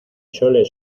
chole